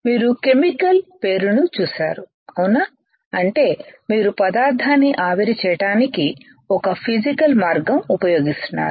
మీరు కెమికల్ పేరును చూసారు అవునా అంటే మీరు పదార్థాన్ని ఆవిరి చేయడానికి ఒక ఫిసికల్ మార్గం ఉపయోగిస్తున్నారు